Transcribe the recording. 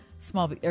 small